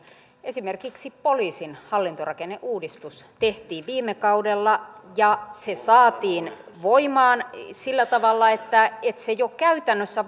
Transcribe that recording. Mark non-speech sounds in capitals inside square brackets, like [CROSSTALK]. esimerkiksi poliisin hallintorakenneuudistus tehtiin viime kaudella ja se saatiin voimaan sillä tavalla että se jo käytännössä [UNINTELLIGIBLE]